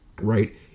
Right